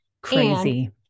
Crazy